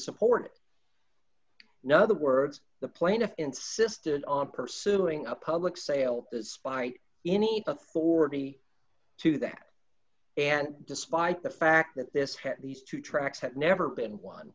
support no other words the plaintiff insisted on pursuing a public sale despite any authority to do that and despite the fact that this hat these two tracks had never been one